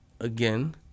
again